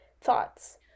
thoughts